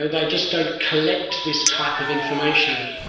they just don't collect this type of information.